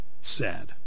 Sad